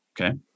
okay